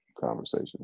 conversation